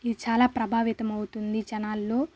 ఇది చాలా ప్రభావితం అవుతుంది జనాల్లో